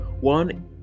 one